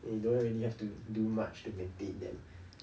and you don't really have to do much to maintain them